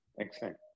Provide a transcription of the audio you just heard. excellent